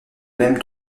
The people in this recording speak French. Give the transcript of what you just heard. même